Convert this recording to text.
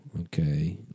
okay